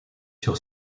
sur